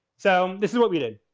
so, this is what we did.